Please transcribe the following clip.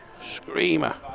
Screamer